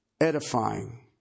edifying